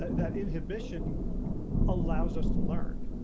that inhibition allows us to learn?